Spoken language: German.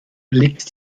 liegt